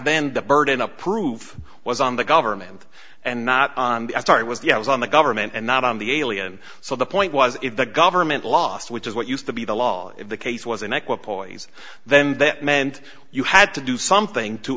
then the burden of proof was on the government and not on the start was the i was on the government and not on the alien so the point was if the government lost which is what used to be the law if the case was an echo of poison then that meant you had to do something to